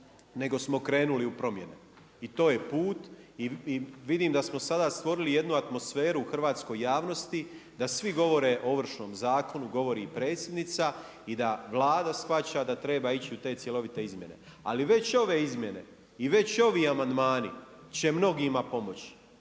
nego smo krenuli u promjene. I to je put i vidim da smo sada stvorili jednu atmosferu u hrvatskoj javnosti da svi govore o Ovršnom zakonu, govori i predsjednica i da Vlada shvaća da treba ići u te cjelovite izmjene. Ali već ove izmjene i već ovi amandmani će mnogima pomoći.